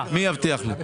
מי יבטיח לי את זה?